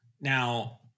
Now